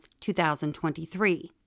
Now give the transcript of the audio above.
2023